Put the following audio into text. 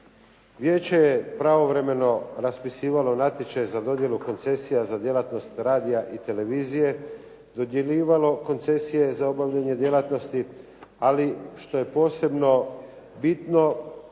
Vijeće je pravovremeno raspisivalo natječaj za dodjelu koncesija za djelatnost radija i televizije, dodjeljivalo koncesije za obavljanje djelatnosti, ali što je posebno bitno,